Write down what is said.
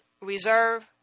reserve